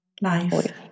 life